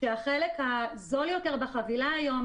החלק הזול יותר בחבילה היום,